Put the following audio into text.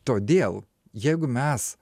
todėl jeigu mes